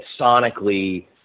sonically